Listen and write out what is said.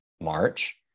March